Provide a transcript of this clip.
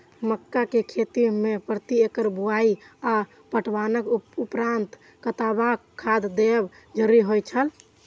मक्का के खेती में प्रति एकड़ बुआई आ पटवनक उपरांत कतबाक खाद देयब जरुरी होय छल?